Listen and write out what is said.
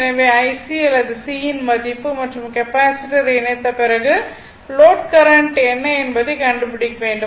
எனவே IC அல்லது C யின் மதிப்பு மற்றும் கெப்பாசிட்டரை இணைத்த பிறகு லோட் கரண்ட் என்ன என்பதை கண்டுபிடிக்க வேண்டும்